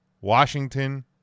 Washington